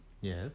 Yes